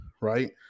Right